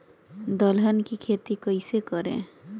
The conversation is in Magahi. दलहन की खेती कैसे करें?